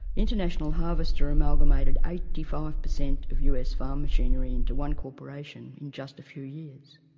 international harvester amalgamated eighty five percent of us farm machinery into one corporation in just a few years.